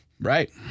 Right